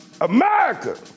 America